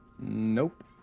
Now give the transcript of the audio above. Nope